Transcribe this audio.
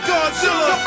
Godzilla